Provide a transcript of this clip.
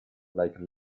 like